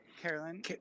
Carolyn